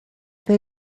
they